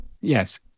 Yes